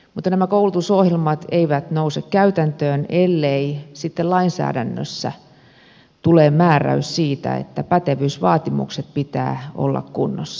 mutta nämä koulutusohjelmat eivät nouse käytäntöön ellei sitten lainsäädännössä tule määräys siitä että pätevyysvaatimuksien pitää olla kunnossa